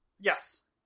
yes